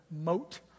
Moat